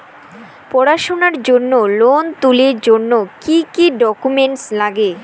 পড়াশুনার জন্যে লোন তুলির জন্যে কি কি ডকুমেন্টস নাগে?